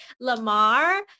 Lamar